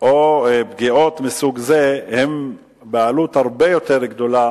או פגיעות מסוג זה הם בעלות הרבה יותר גדולה